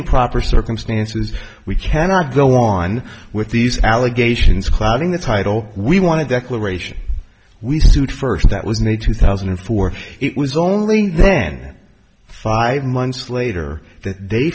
improper circumstances we cannot go on with these allegations clouding the title we wanted declaration we sued first that was need two thousand and four it was only then five months later th